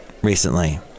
Recently